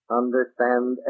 understand